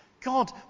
God